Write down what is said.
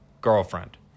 Girlfriend